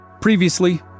Previously